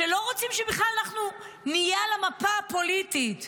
לא רוצים שבכלל נהיה על המפה הפוליטית.